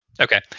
Okay